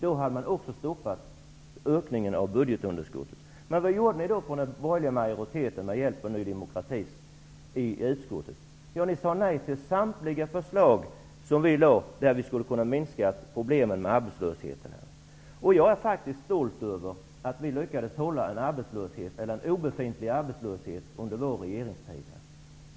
Då hade man också stoppat ökningen av budgetunderskottet. Vad gjorde då den borgerliga majoriteten i utskottet med hjälp av Ny demokrati? Ni sade nej till samtliga förslag som vi lade fram och som hade kunnat minska problemen med arbetslösheten. Jag är faktiskt stolt över att vi socialdemokrater lyckades upprätthålla en obefintlig arbetslöshet under vår regeringstid.